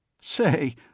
Say